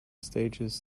stages